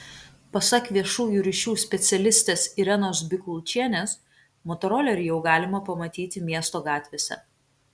pasak viešųjų ryšių specialistės irenos bikulčienės motorolerį jau galima pamatyti miesto gatvėse